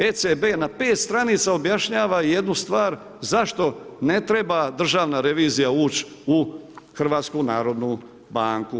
ECB na 5 str. objašnjava jednu stvar, zašto ne treba državna revizija ući u HNB.